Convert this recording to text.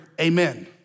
amen